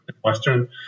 Western